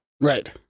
Right